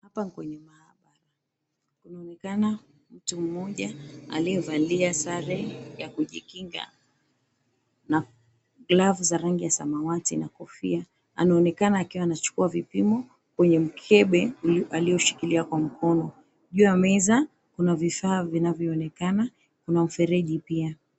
Hapa ni kwenye maabara. Kunaonekana mtu mmoja aliyevalia sare ya kujikinga, na glavu za rangi ya samawati na kofia. Anaonekana akiwa anachukua vipimo kwenye mkebe alioshikilia kwa mkono. Juu ya meza kuna vifaa vinavyoonekana, kuna mfereji pia.